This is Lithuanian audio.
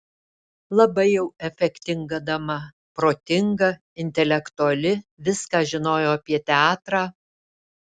labai jau efektinga dama protinga intelektuali viską žinojo apie teatrą